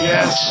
Yes